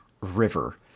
river